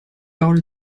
parole